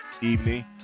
evening